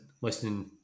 listening